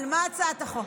ברור, על מה הצעת החוק?